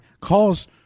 calls